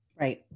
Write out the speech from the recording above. Right